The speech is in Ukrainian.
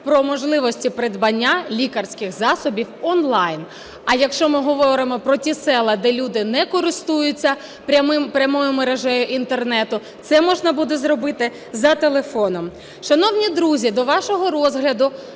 про можливості придбання лікарських засобів онлайн. А якщо ми говоримо про ті села, де люди не користуються прямою мережею Інтернет, це можна буде зробити за телефоном. Шановні друзі, до вашого розгляду